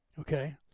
Okay